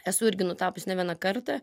esu irgi nutapius ne vieną kartą